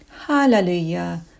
Hallelujah